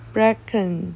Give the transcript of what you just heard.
Bracken